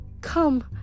Come